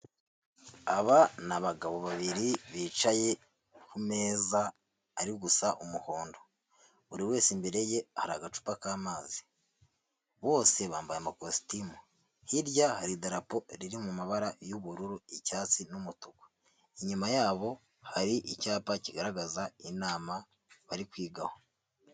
Aba ni abagabo babiri bicaye ku meza ari gusa umuhondo, buri wese imbere ye hari agacupa k'amazi bose bambaye amakositimu, hirya hari idarapo riri mu mabara y'ubururu, icyatsi n'umutuku, inyuma yabo hari icyapa kigaragaza inama bari kwigaho.